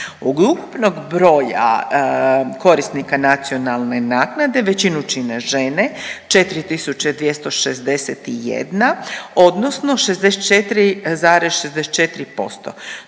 ukupnog broja korisnika nacionalne naknade većinu čine žene 4261, odnosno 64,64%